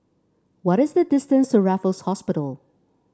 what is the distance to Raffles Hospital